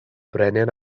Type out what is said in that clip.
brenin